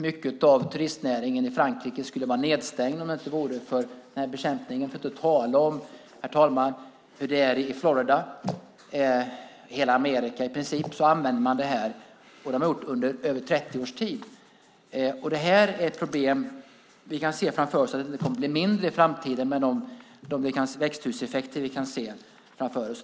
Mycket av turistnäringen i Frankrike skulle vara nedstängd om det inte vore för myggbekämpningen. För att inte tala om, herr talman, hur det är i Florida. I princip i hela Amerika använder man det här bekämpningsmedlet, och det har man gjort i över 30 års tid. Det här är ett problem som inte kommer att bli mindre i framtiden med de växthuseffekter som vi kan se framför oss.